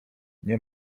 nie